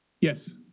Yes